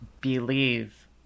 believe